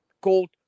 called